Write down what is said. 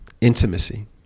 intimacy